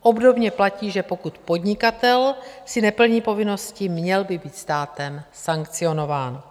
Obdobně platí, že pokud podnikatel si neplní povinnosti, měl by být státem sankcionován.